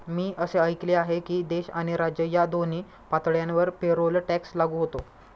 मी असे ऐकले आहे की देश आणि राज्य या दोन्ही पातळ्यांवर पेरोल टॅक्स लागू होतो